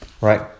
right